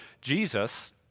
Jesus